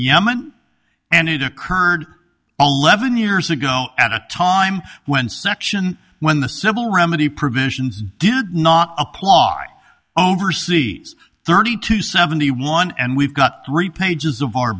yemen and it occurred levon years ago at a time when section when the civil remedy provisions did not apply overseas thirty to seventy one and we've got three pages of our